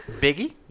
Biggie